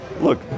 Look